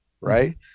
right